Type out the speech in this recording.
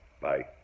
Bye